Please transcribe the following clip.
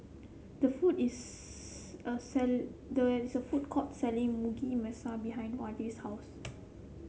the food is a there is a food court selling Mugi Meshi behind Wade's house